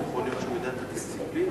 היושב-ראש,